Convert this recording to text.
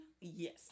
Yes